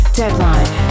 deadline